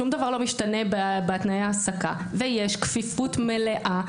שום דבר לא משתנה בתנאי ההעסקה ויש כפיפות מלאה.